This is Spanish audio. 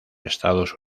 estados